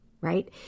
right